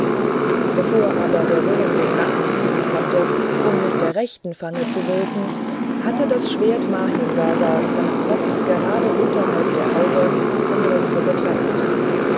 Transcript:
bevor aber der wurm den nacken biegen konnte um mit der rechten fange zu wirken hatte das schwert mahimsasas seinen kopf gerade unterhalb der haube vom rumpfe getrennt